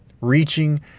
reaching